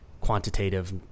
quantitative